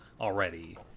already